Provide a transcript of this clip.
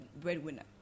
breadwinner